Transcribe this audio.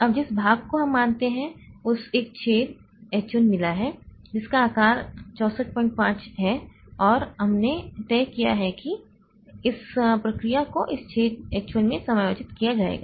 अब जिस भाग को हम मानते हैं उसे एक छेद H 1 मिला है जिसका आकार 645 K है और हमने तय किया है कि इस प्रक्रिया को इस छेद H1 में समायोजित किया जाएगा